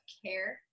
care